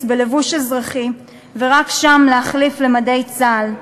בלבוש אזרחי ורק שם להחליף למדי צה"ל.